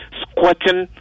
squatting